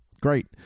great